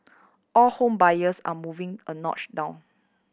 all home buyers are moving a notch down